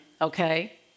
okay